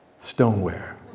stoneware